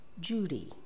Judy